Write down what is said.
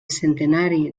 centenari